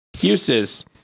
Uses